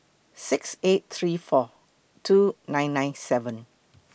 six eight three four two nine nine seven